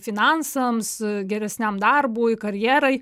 finansams geresniam darbui karjerai